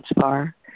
far